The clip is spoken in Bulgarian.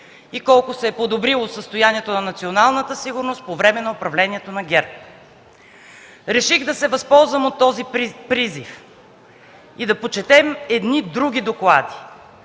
и колко се е подобрило състоянието на националната сигурност по време на управлението на ГЕРБ. Реших да се възползвам от този призив и да почетем едни други доклади.